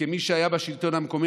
כמי שהיה בשלטון המקומי,